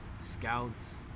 scouts